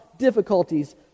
difficulties